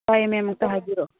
ꯍꯣꯏ ꯃꯦꯝ ꯑꯃꯨꯛꯇ ꯍꯥꯏꯕꯤꯔꯛꯑꯣ